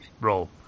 roll